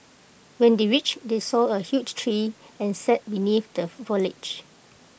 when they reached they saw A huge tree and sat beneath the foliage